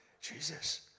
Jesus